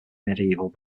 medieval